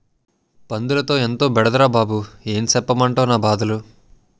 పందులతో ఎంతో బెడదరా బాబూ ఏం సెప్పమంటవ్ నా బాధలు